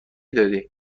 دادی